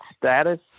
status